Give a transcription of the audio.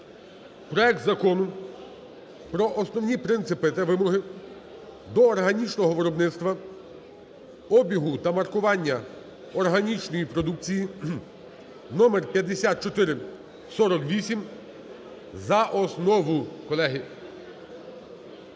проект Закону про основні принципи та вимоги до органічного виробництва, обігу та маркування органічної продукції, номер 5448, за основу, колеги,